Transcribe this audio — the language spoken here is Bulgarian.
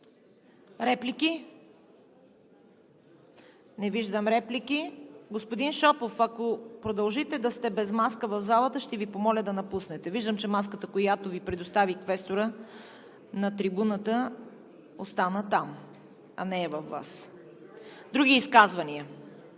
Реплики? Не виждам. Господин Шопов, ако продължите да сте без маска в залата, ще Ви помоля да напуснете! Виждам, че маската, която Ви предостави квесторът на трибуната, остана там, а не е във Вас. Други изказвания?